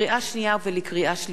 לקריאה שנייה ולקריאה שלישית: